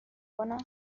کنن